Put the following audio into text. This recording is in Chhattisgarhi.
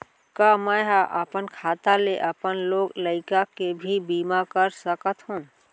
का मैं ह अपन खाता ले अपन लोग लइका के भी बीमा कर सकत हो